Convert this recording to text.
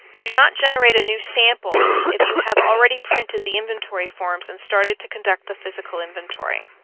do not generate a new sample if you have already printed the inventory forms and started to conduct the physical inventory.